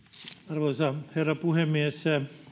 arvoisa herra puhemies